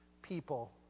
people